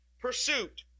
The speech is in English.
pursuit